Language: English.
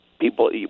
people